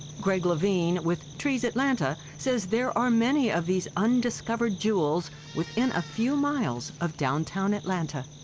greg levine with trees atlanta says there are many of these undiscovered jewels within a few miles of downtown atlanta.